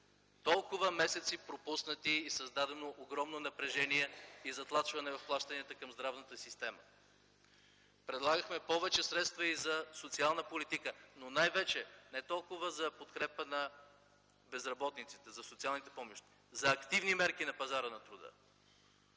Толкова пропуснати месеци и създадено огромно напрежение и затлачване в плащанията към здравната система. Предлагахме повече средства и за социална политика, но най-вече не толкова за подкрепа на безработните, за социалните помощи, за активни мерки на пазара на труда.